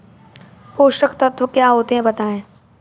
पोषक तत्व क्या होते हैं बताएँ?